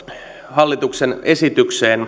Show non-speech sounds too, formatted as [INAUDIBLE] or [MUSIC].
hallituksen esitykseen [UNINTELLIGIBLE]